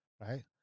right